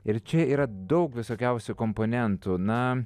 ir čia yra daug visokiausių komponentų na